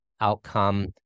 outcome